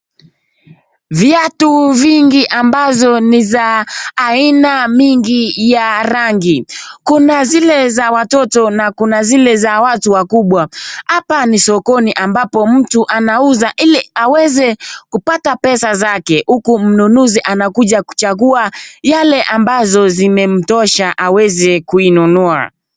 Viatu vingi ambazo ni za aina mingi ya rangi. Kuna zile za watoto na kuna zile za watu wakubwa. Hapa ni sokoni ambapo mtu anauza ili aweze kupata pesa zake huku mnunuzi anakuja kuchagua yale ambazo zimemtosha aweze kuinunua.